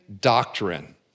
doctrine